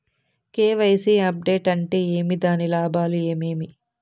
KYC update అంటే ఏమి? దాని లాభాలు ఏమేమి?